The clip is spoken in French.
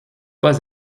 pas